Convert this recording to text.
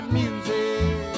music